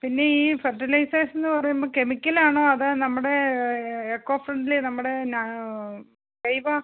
പിന്നെ ഈ ഫെർട്ടിലൈസേഷൻന്ന് പറയുമ്പോൾ കെമിക്കലാണോ അതാ നമ്മുടെ എക്കോ ഫ്രണ്ട്ലി നമ്മുടെ നാ ജൈവ